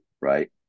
Right